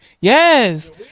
Yes